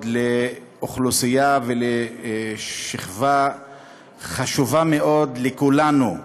לאוכלוסייה ולשכבה חשובה מאוד לכולנו,